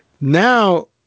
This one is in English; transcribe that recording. now